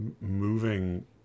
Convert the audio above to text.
moving